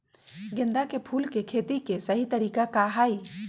गेंदा के फूल के खेती के सही तरीका का हाई?